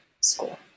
school